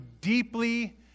deeply